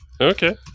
Okay